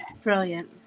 Brilliant